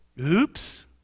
Oops